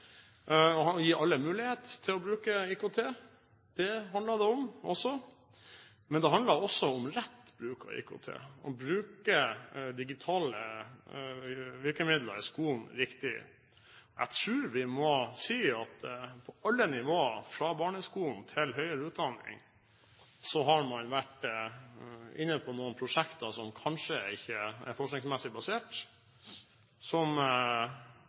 gi alle mulighet til å bruke IKT. Det handler det også om, men det handler også om rett bruk av IKT, å bruke digitale virkemidler i skolen riktig. Jeg tror vi må si at på alle nivåer, fra barneskolen til høyere utdanning, har man vært inne på noen prosjekter som kanskje ikke har vært forskningsmessig basert, men som